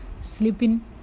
sleeping